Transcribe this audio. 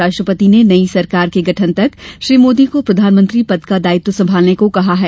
राष्ट्रपति ने नई सरकार के गठन तक श्री मोदी को प्रधानमंत्री पद का दायित्व संभालने को कहा है